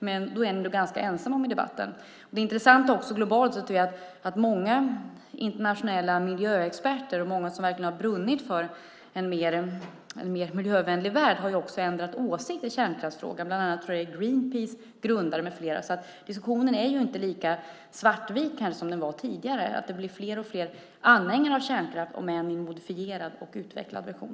Ni är nog ändå ganska ensamma i debatten. Det intressanta globalt sett är att många internationella miljöexperter och många som har brunnit för en mer miljövänlig värld har ändrat åsikt i kärnkraftsfrågan, bland annat grundaren av Greenpeace. Diskussionen är inte lika svartvit som tidigare. Det blir fler och fler anhängare av kärnkraft, om än i en modifierad och utvecklad version.